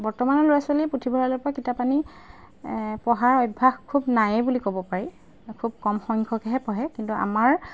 বৰ্তমানৰ ল'ৰা ছোৱালীয়ে পুথিভঁৰালৰ পৰা কিতাপ আনি পঢ়াৰ অভ্যাস খুব নায়েই বুলি ক'ব পাৰি খুব কম সংখ্যকেহে পঢ়ে কিন্তু আমাৰ